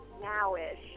now-ish